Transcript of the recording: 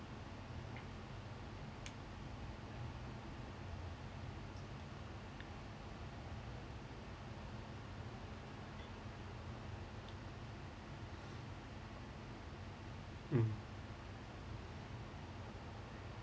mm